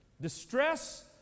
distress